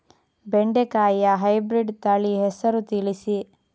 ಬೆಂಡೆಕಾಯಿಯ ಹೈಬ್ರಿಡ್ ತಳಿ ಹೆಸರು ತಿಳಿಸಿ?